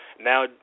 now